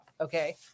Okay